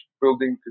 building